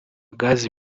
gazi